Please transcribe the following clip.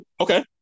Okay